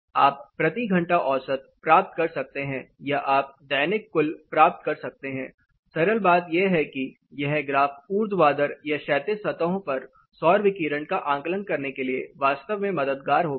आप प्रति घंटा औसत प्राप्त कर सकते हैं या आप एक दैनिक कुल प्राप्त कर सकते हैं सरल बात यह है कि यह ग्राफ ऊर्ध्वाधर या क्षैतिज सतहों पर सौर विकिरण का आकलन करने के लिए वास्तव में मददगार होगा